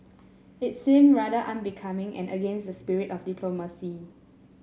it seemed rather unbecoming and against the spirit of diplomacy